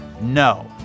No